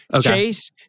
Chase